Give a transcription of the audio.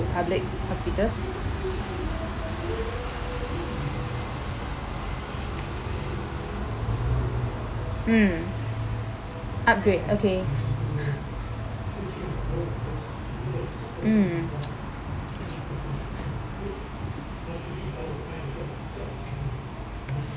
public hospitals mm upgrade okay mm